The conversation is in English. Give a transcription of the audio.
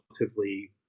relatively